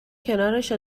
کنارش